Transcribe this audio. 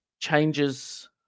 changes